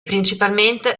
principalmente